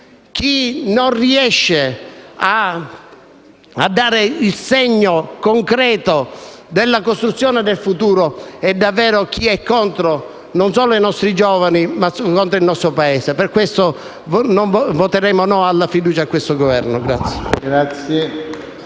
chi non riesce a dare il segno concreto della costruzione del futuro è contro non solo i nostri giovani ma anche contro il nostro Paese. Per questo voteremo no alla fiducia a questo Governo.